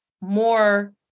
more